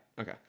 Okay